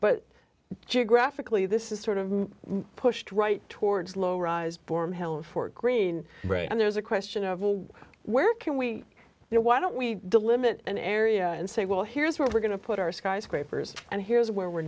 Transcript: but geographically this is sort of pushed right towards low rise form held fort greene and there's a question of where can we you know why don't we delimit an area and say well here's where we're going to put our skyscrapers and here's where we're